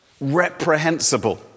reprehensible